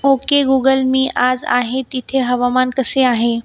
okay Google मी आज आहे तिथे हवामान कसे आहे